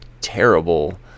terrible